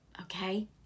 Okay